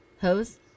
Hose